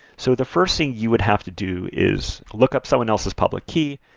so the first thing you would have to do is look up someone else's public key,